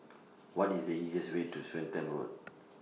What IS The easiest Way to Swettenham Road